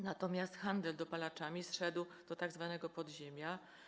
Natomiast handel dopalaczami zszedł do tzw. podziemia.